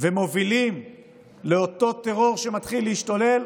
ומובילים לאותו טרור שמתחיל להשתולל.